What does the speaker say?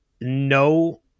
no